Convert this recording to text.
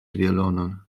violonon